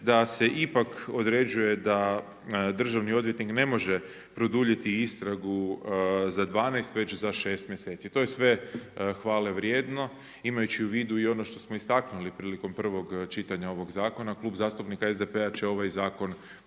da se ipak određuje da državni odvjetnik ne može produljiti istragu za 12 već za 6 mjeseci. To je sve hvale vrijedno. Imajući u vidu i ono što smo istaknuli prilikom prvog čitanja ovog zakona Klub zastupnika SDP-a će ovaj zakon